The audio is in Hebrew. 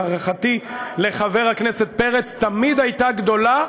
הערכתי לחבר הכנסת פרץ תמיד הייתה גדולה,